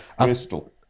crystal